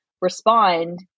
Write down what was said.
respond